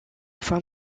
fin